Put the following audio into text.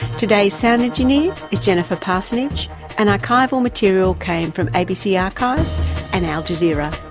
today's sound engineer is jenifer parsonage and archival material came from abc archives and al jazeera.